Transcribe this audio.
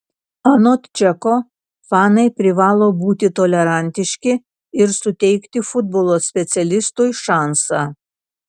anot čeko fanai privalo būti tolerantiški ir suteikti futbolo specialistui šansą